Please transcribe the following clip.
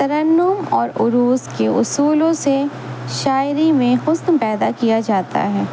ترنم اور عروس کے اصولوں سے شاعری میں حسن پیدا کیا جاتا ہے